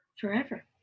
forever